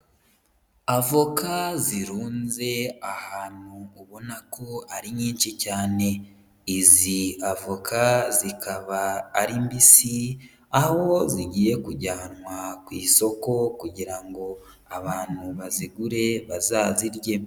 Avoka zirunze ahantu ubona ko ari nyinshi cyane. Izi avoka zikaba ari mbisi, aho zigiye kujyanwa ku isoko kugira ngo abantu bazigure bazazirye.